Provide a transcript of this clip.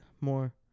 more